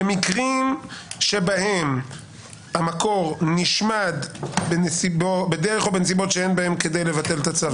במקרים שבהם "המקור נשמד בדרך או בנסיבות שאין בהן כדי לבטל את הצוואה,